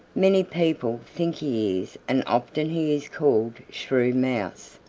many people think he is and often he is called shrew mouse.